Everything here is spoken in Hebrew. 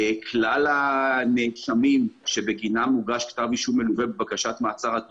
כלל הנאשמים בגינם הוגש כתב אישום מלווה בבקשת מעצר עד